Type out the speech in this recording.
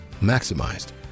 maximized